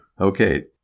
Okay